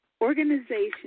Organization